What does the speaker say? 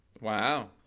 Wow